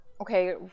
Okay